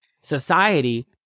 society